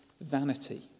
vanity